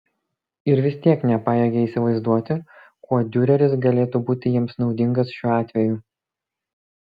ir vis tiek nepajėgė įsivaizduoti kuo diureris galėtų būti jiems naudingas šiuo atveju